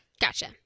Gotcha